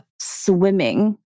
swimming